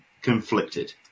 conflicted